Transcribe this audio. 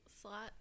slot